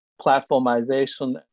platformization